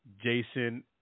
Jason